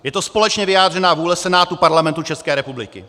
Je to společně vyjádřená vůle Senátu Parlamentu České republiky.